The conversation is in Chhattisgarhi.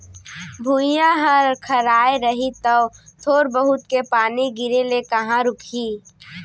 भुइयॉं ह खराय रही तौ थोर बहुत के पानी गिरे ले कहॉं रूकही